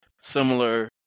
similar